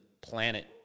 planet